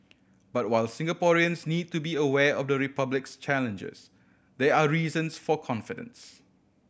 but while Singaporeans need to be aware of the Republic's challenges there are reasons for confidence